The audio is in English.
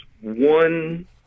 one